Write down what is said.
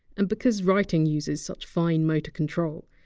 and because writing uses such fine motor control,